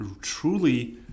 truly